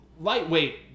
lightweight